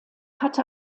hatte